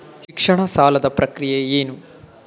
ಶಿಕ್ಷಣ ಸಾಲದ ಪ್ರಕ್ರಿಯೆ ಏನು?